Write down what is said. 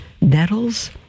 nettles